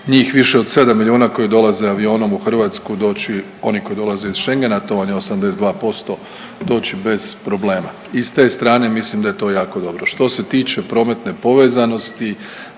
njih više od 7 milijuna koji dolaze avionom u Hrvatsku doći oni koji dolaze iz Schengena, a to vam je 82% doći bez problema. I s te strane mislim da je to jako dobro. Što se tiče prometne povezanosti